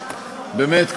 באמת,